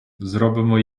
зробимо